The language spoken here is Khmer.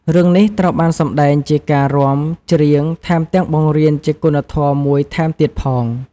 រឿងនេះត្រូវបានសម្ដែងជាការរាំ ច្រៀង ថែមទាំងបង្រៀនជាគុណធម៌មួយថែមទៀតផង។